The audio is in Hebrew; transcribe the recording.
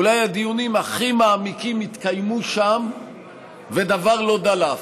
אולי הדיונים הכי מעמיקים התקיימו שם ודבר לא דלף.